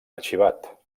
arxivat